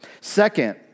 Second